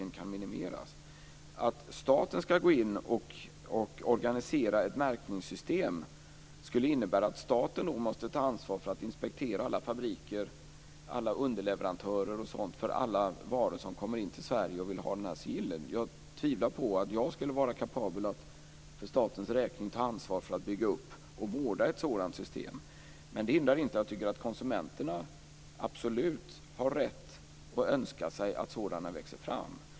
När det gäller att staten ska gå in och organisera ett märkningssystem skulle innebära att staten då måste ta ansvar för att inspektera alla fabriker, alla underleverantörer, osv. för alla varor som kommer in till Sverige och för vilka man vill ha dessa sigill. Jag tvivlar på att jag skulle vara kapabel att för statens räkning ta ansvar för att bygga upp och vårda ett sådant system. Men det hindrar inte att jag tycker att konsumenterna absolut har rätt att önska sig att ett sådant system växer fram.